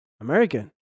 American